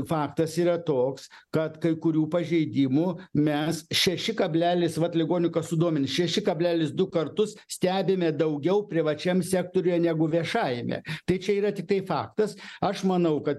faktas yra toks kad kai kurių pažeidimų mes šeši kablelis vat ligonių kasų duomenys šeši kablelis du kartus stebime daugiau privačiam sektoriuje negu viešajame tai čia yra tiktai faktas aš manau kad